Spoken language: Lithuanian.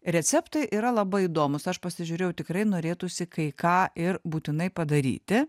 receptai yra labai įdomus aš pasižiūrėjau tikrai norėtųsi kai ką ir būtinai padaryti